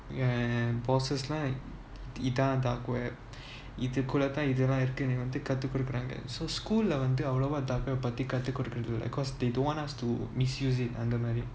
and bosses lah லாம் இதான்:lam ithan dark web இதுகூடத்தான்இதெல்லாம்இருக்குதுனுகத்துகொடுக்குறாங்க:idhu kooda thaan idhellam irukuthunu kathu kodukuranga so school lah வந்துஅவ்ளோவா:vanthu avlova dark web பத்திகத்துகொடுக்குறதில்ல:pathi kathu kodukurathilla beause they don't want us to misuse it அந்தமாதிரி:antha mathiri